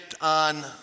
on